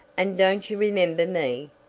and don't you remember me?